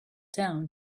down